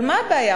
אבל מה הבעיה?